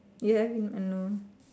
ya or no